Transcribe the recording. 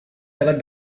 ever